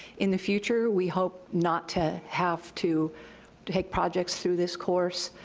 in the future, we hope not to have to take projects through this course,